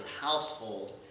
household